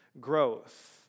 growth